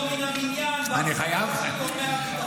מן העניין בהחלטה של גורמי הביטחון?